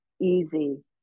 easy